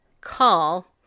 call